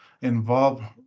involve